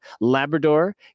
Labrador